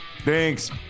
Thanks